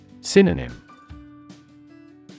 Synonym